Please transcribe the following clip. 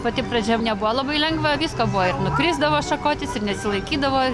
pati pradžia nebuvo labai lengva visko buvo ir nukrisdavo šakotis ir nesilaikydavo